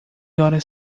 horas